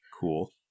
Cool